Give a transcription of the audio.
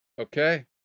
Okay